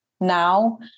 now